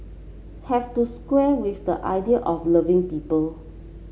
have to square with the idea of loving people